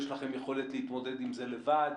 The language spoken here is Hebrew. האם יש לכם יכולת להתמודד עם זה לבד?